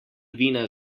vina